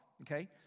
okay